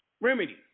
Remedy